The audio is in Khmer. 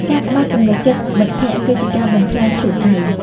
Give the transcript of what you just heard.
ការក្បត់ទំនុកចិត្តមិត្តភក្តិ គឺជាការបំផ្លាញខ្លួនឯង។